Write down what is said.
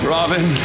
Robin